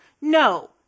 No